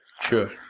sure